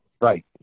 Right